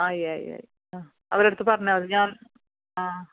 ആയി ആയി ആയി ആ അവരെ അടുത്ത് പറഞ്ഞാൽ മതി ഞാൻ ആ